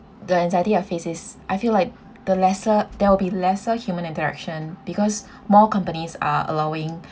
the anxiety I face is I feel like the lesser there'll be lesser human interaction because more companies are allowing